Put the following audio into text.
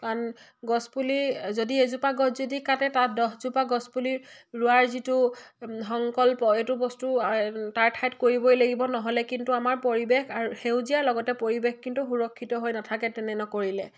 কাৰণ গছপুলি যদি এজোপা গছ যদি কাটে তাত দহজোপা গছপুলি ৰোৱাৰ যিটো সংকল্প এইটো বস্তু তাৰ ঠাইত কৰিবই লাগিব নহ'লে কিন্তু আমাৰ পৰিৱেশ আৰু সেউজীয়া লগতে পৰিৱেশ কিন্তু সুৰক্ষিত হৈ নাথাকে তেনে নকৰিলে